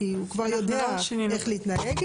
כי הוא יודע איך להתנהג.